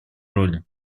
роли